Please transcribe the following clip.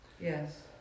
Yes